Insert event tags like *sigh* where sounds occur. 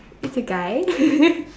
it's a guy *laughs*